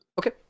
Okay